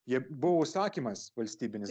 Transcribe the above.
jie buvo užsakymas valstybinis